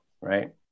right